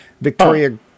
Victoria